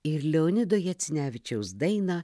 ir leonido jacinevičiaus dainą